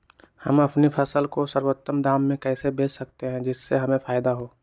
हम अपनी फसल को सर्वोत्तम दाम में कैसे बेच सकते हैं जिससे हमें फायदा हो?